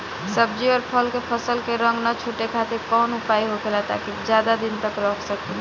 सब्जी और फल के फसल के रंग न छुटे खातिर काउन उपाय होखेला ताकि ज्यादा दिन तक रख सकिले?